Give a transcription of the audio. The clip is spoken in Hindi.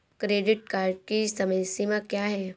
क्रेडिट कार्ड की समय सीमा क्या है?